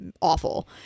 awful